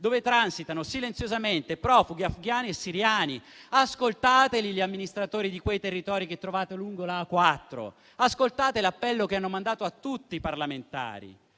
dove transitano silenziosamente profughi afgani e siriani. Ascoltate gli amministratori di quei territori che trovate lungo la A4; ascoltate l'appello che hanno mandato a tutti i parlamentari.